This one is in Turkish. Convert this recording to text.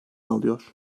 alıyor